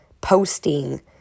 posting